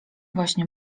właśnie